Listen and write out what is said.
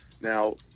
Now